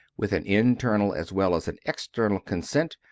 with an internal as well as an external consent,